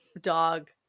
dog